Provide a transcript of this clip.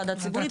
וועדה ציבורית,